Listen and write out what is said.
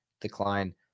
decline